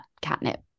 catnip